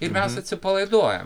ir mes atsipalaiduojam